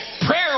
prayer